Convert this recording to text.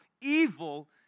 evil